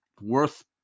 worth